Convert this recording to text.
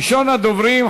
ראשון הדוברים,